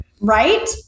Right